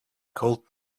called